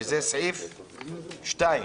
שזה פסקה (2).